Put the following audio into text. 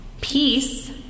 Peace